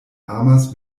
amas